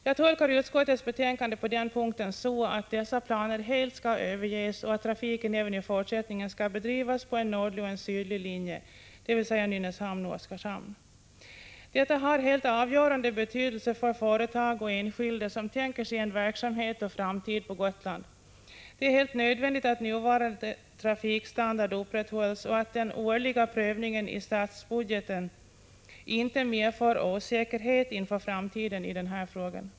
Jag tolkar utskottets betänkande på den punkten så, att dessa planer helt skall överges och att trafiken även i fortsättningen skall bedrivas på en nordlig och en sydlig linje, dvs. på Nynäshamn och Oskarshamn. Detta har helt avgörande betydelse för företag och enskilda som tänker sig en verksamhet och framtid på Gotland. Det är helt nödvändigt att nuvarande trafikstandard upprätthålls och att den årliga prövningen i statsbudgeten inte medför osäkerhet inför framtiden i denna fråga.